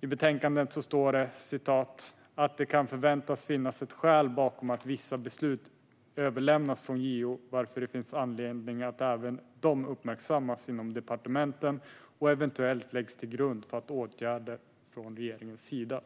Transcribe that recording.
I betänkandet står det att det kan förväntas finnas ett skäl bakom att vissa beslut överlämnas från JO, varför det finns anledning att även dessa uppmärksammas inom departementen och eventuellt läggs till grund för åtgärder från regeringens sida.